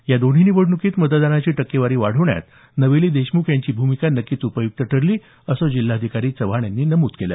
या दोन्ही निवडणुकीत मतदानाची टक्केवारी वाढवण्यात नवेली देशमुख यांची भूमिका नक्कीच उपय्क्त ठरली असं जिल्हाधिकारी चव्हाण यांनी नमूद केलं